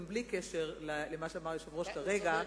גם בלי קשר למה שאמר היושב-ראש כרגע,